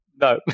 No